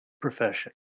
profession